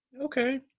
Okay